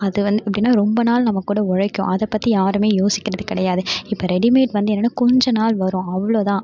அது வந்து எப்படின்னா ரொம்ப நாள் நம்மக்கூட உழைக்கும் அதைப் பற்றி யாருமே யோசிக்கிறதே கிடையாது இப்போ ரெடிமேட் வந்து என்னென்னால் கொஞ்ச நாள் வரும் அவ்வளோ தான்